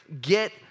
get